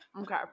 Okay